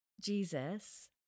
Jesus